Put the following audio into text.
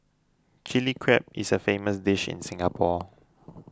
Chilli Crab is a famous dish in Singapore